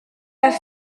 las